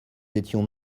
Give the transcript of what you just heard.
étions